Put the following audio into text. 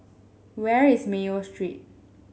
where is Mayo Street